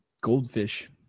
goldfish